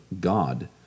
God